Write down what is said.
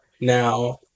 Now